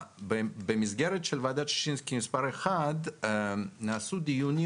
במסגרת של ועדת ששינסקי הראשונה נעשו דיונים